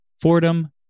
Fordham